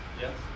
Yes